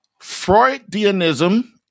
Freudianism